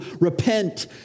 repent